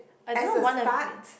as a start